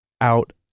out